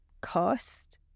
cost